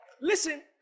Listen